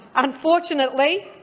unfortunately,